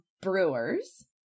Brewers